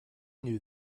knew